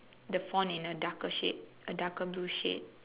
the font in a darker shade a darker blue shade